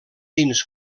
dins